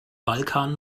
balkan